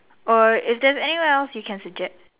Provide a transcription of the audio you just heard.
or is there anywhere else you can suggest